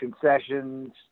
concessions